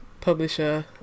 publisher